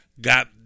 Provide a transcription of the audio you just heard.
got